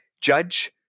judge